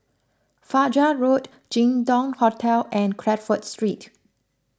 Fajar Road Jin Dong Hotel and Crawford Street